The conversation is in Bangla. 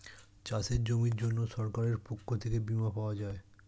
চাষের জমির জন্য সরকারের পক্ষ থেকে বীমা পাওয়া যায়